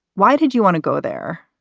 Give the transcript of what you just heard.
why did you want to go there?